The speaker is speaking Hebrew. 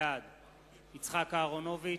בעד יצחק אהרונוביץ,